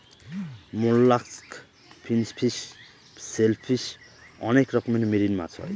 mollusc, finfish, shellfish অনেক রকমের marine মাছ হয়